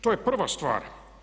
To je prva stvar.